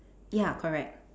ya correct